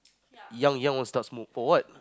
young young want start smoke for what